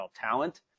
talent